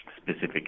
specific